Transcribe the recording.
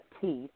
teeth